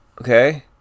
Okay